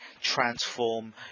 transform